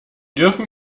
dürfen